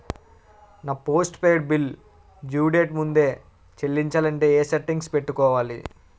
నా postpaid bill due date ముందే చెల్లించాలంటే ఎ సెట్టింగ్స్ పెట్టుకోవాలి?